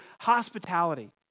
hospitality